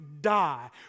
die